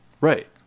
Right